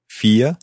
vier